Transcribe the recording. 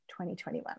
2021